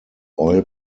oil